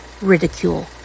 ridicule